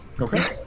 okay